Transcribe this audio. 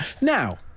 Now